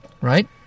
Right